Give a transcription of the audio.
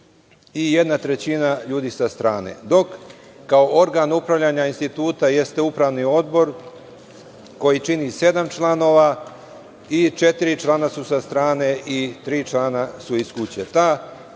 i jedna trećina ljudi sa strane. Organ upravljanja instituta jeste odbor koji čini sedam članova i četiri člana su sa strane, a tri člana su iz kuće.